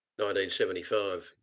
1975